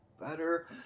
better